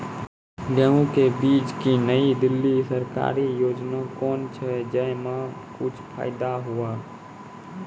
गेहूँ के बीज की नई दिल्ली सरकारी योजना कोन छ जय मां कुछ फायदा हुआ?